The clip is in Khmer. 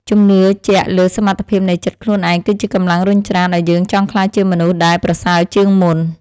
ជំនឿជាក់លើសមត្ថភាពនៃចិត្តខ្លួនឯងគឺជាកម្លាំងរុញច្រានឱ្យយើងចង់ក្លាយជាមនុស្សដែលប្រសើរជាងមុន។